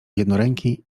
jednoręki